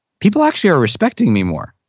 people actually are respecting me more.